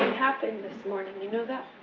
happened this morning, you know that?